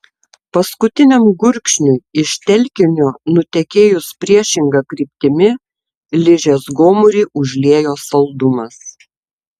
paskutiniam gurkšniui iš telkinio nutekėjus priešinga kryptimi ližės gomurį užliejo saldumas